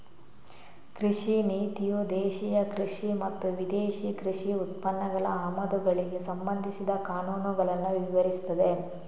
ಕೃಷಿ ನೀತಿಯು ದೇಶೀಯ ಕೃಷಿ ಮತ್ತು ವಿದೇಶಿ ಕೃಷಿ ಉತ್ಪನ್ನಗಳ ಆಮದುಗಳಿಗೆ ಸಂಬಂಧಿಸಿದ ಕಾನೂನುಗಳನ್ನ ವಿವರಿಸ್ತದೆ